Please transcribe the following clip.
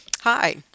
Hi